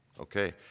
okay